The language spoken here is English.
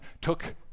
took